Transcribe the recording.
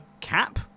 cap